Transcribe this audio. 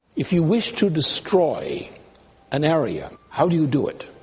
if you wish to destroy an area, how do you do it?